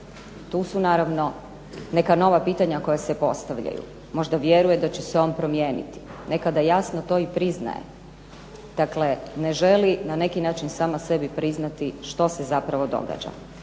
Tu su naravno neka nova pitanja koja se postavljaju, možda vjeruje da će se on promijeniti, nekada jasno to i priznaje. Dakle, ne želi na neki način sama sebi priznati što se zapravo događa.